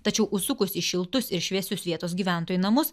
tačiau užsukus į šiltus ir šviesius vietos gyventojų namus